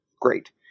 Great